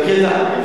אני אלך לשם.